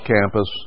campus